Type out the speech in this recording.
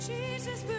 Jesus